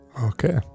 Okay